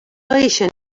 eixa